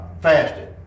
fasted